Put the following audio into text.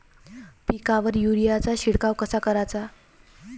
पिकावर युरीया चा शिडकाव कसा कराचा?